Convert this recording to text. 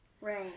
right